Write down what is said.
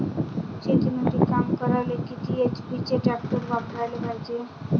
शेतीमंदी काम करायले किती एच.पी चे ट्रॅक्टर वापरायले पायजे?